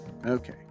Okay